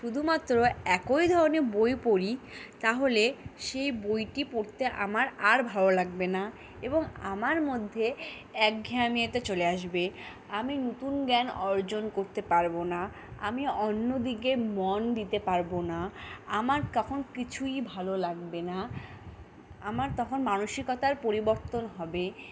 শুধুমাত্র একই ধরনের বই পড়ি তাহলে সেই বইটি পড়তে আমার আর ভালো লাগবে না এবং আমার মধ্যে একঘেয়েমি একটা চলে আসবে আমি নতুন জ্ঞান অর্জন করতে পারবো না আমি অন্য দিকে মন দিতে পারবো না আমার তখন কিছুই ভালো লাগবে না আমার তখন মানসিকতার পরিবর্তন হবে